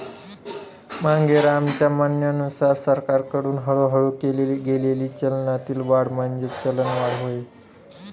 मांगेरामच्या म्हणण्यानुसार सरकारकडून हळूहळू केली गेलेली चलनातील वाढ म्हणजेच चलनवाढ होय